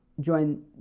join